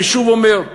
אני שוב אומר,